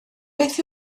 beth